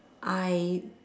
I